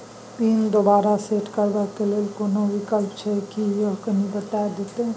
Pin दोबारा set करबा के लेल कोनो विकल्प छै की यो कनी बता देत?